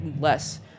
less